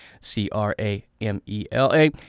C-R-A-M-E-L-A